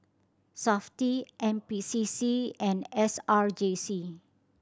Safti N P C C and S R J C